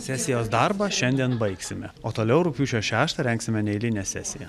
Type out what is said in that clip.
sesijos darbą šiandien baigsime o toliau rugpjūčio šeštą rengsime neeilinę sesiją